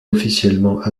officiellement